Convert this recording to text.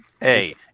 Hey